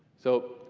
so,